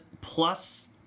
plus